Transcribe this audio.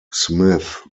smith